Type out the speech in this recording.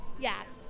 Yes